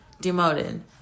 demoted